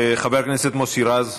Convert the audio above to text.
חבר הכנסת מוסי רז,